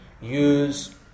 use